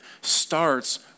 starts